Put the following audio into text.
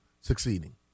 succeeding